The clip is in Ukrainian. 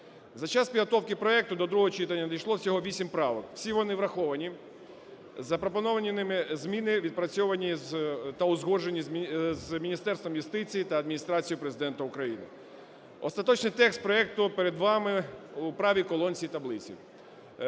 За час підготовки проекту до другого читання надійшло всього 8 правок. Всі вони враховані, запропоновані ними зміни відпрацьовані та узгоджені з Міністерством юстиції та Адміністрацією Президента України. Остаточний текст проекту перед вами у правій колонці таблиці.